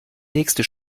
nächste